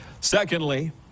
Secondly